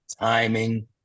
timing